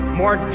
more